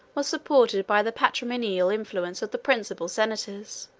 was supported by the patrimonial influence of the principal senators